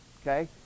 Okay